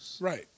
Right